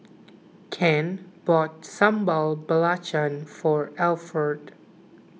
Ken bought Sambal Belacan for Alford